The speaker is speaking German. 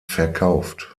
verkauft